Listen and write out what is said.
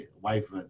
wife